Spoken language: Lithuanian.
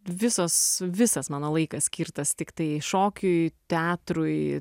visos visas mano laikas skirtas tiktai šokiui teatrui